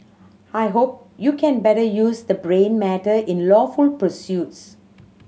I hope you can better use the brain matter in lawful pursuits